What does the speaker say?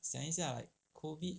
想一下 COVID